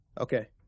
Okay